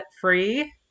free